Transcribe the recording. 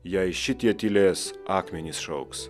jei šitie tylės akmenys šauks